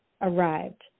arrived